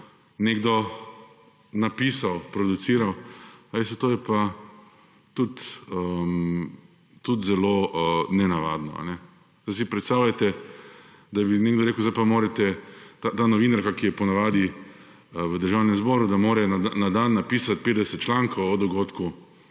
nekdo napisal, produciral, veste, to je pa tudi zelo nenavadno. Pa si predstavljajte, da bi nekdo rekel sedaj pa morate, ta novinarka, ki je ponavadi v državnem zboru, da mora na dan napisati 50 člankov o dogodku